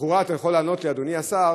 לכאורה אתה יכול לענות לי, אדוני השר,